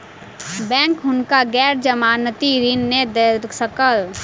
bank हुनका गैर जमानती ऋण नै दय सकल